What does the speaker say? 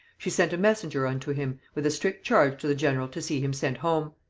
she sent a messenger unto him, with a strict charge to the general to see him sent home.